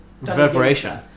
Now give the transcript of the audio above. Reverberation